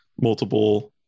multiple